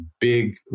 big